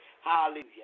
Hallelujah